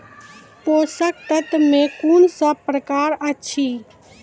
पोसक तत्व मे कून सब प्रकार अछि?